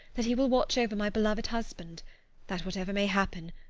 that he will watch over my beloved husband that whatever may happen,